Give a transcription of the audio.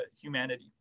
humanity